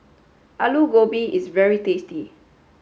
Alu Gobi is very tasty